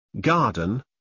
Garden